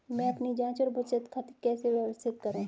मैं अपनी जांच और बचत खाते कैसे व्यवस्थित करूँ?